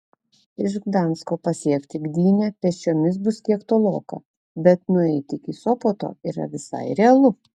iš gdansko pasiekti gdynę pėsčiomis bus kiek toloka bet nueiti iki sopoto yra visai realu